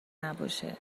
نباشه